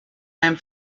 même